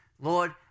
Lord